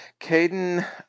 Caden